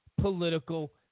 political